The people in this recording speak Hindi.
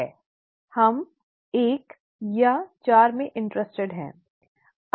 हम 1 या 4 में रुचि रखते हैं